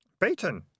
Beaten